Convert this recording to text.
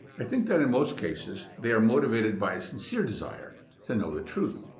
i think that in most cases, they are motivated by a sincere desire to know the truth.